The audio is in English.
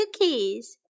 cookies